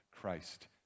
Christ